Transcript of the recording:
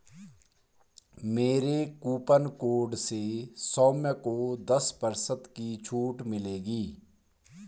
मेरे coupon code से सौम्य को दस प्रतिशत की छूट मिलेगी